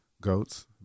goats